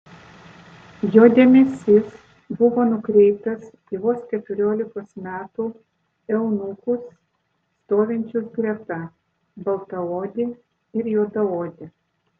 jo dėmesys buvo nukreiptas į vos keturiolikos metų eunuchus stovinčius greta baltaodį ir juodaodį